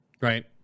Right